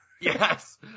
Yes